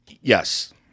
Yes